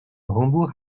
rambourg